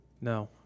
No